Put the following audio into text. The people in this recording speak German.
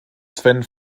sven